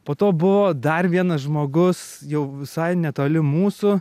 po to buvo dar vienas žmogus jau visai netoli mūsų